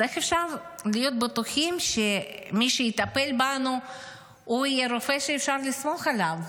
אז איך אפשר להיות בטוחים שמי שיטפל בנו יהיה רופא שאפשר לסמוך עליו?